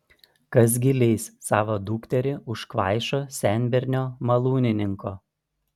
kas gi leis savo dukterį už kvaišo senbernio malūnininko